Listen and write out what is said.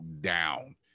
down